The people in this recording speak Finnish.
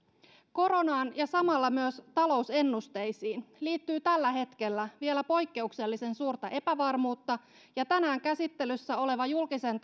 koronaan ja samalla myös talousennusteisiin liittyy tällä hetkellä vielä poikkeuksellisen suurta epävarmuutta ja tänään käsittelyssä oleva julkisen